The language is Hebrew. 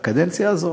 בקדנציה הזאת.